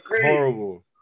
horrible